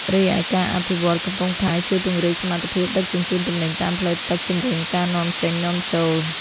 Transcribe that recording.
រីឯការអភិវឌ្ឍន៍កំពង់ផែជួយពង្រីកសមត្ថភាពដឹកជញ្ជូនទំនិញតាមផ្លូវទឹក ជំរុញការនាំចេញនាំចូល។